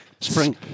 spring